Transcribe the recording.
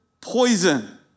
poison